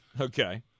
okay